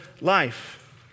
life